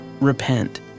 repent